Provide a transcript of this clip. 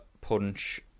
punch